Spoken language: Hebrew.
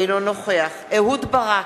אינו נוכח אהוד ברק,